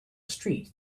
street